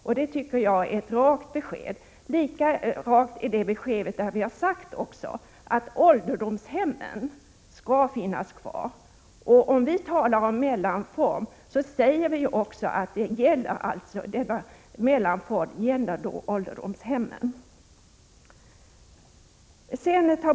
Det tycker jag är ett rakt besked. Lika rakt är beskedet att ålderdomshemmen skall finnas kvar. Om vi talar om en mellanform, så säger vi också att den gäller ålderdomshemmen.